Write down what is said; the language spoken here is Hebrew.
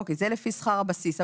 אוקיי, זה לפי שכר הבסיס.